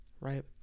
right